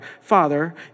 Father